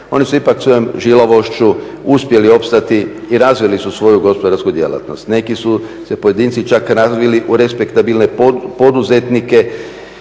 oni su ipak svojom žilavošću uspjeli opstati i razvili su svoju gospodarsku djelatnost. Neki su se pojedinci čak razvili u respektabilne poduzetnike